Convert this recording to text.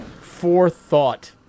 forethought